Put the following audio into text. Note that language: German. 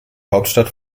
hauptstadt